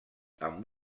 amb